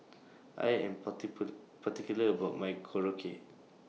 I Am particular about My Korokke